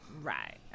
Right